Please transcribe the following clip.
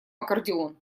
аккордеон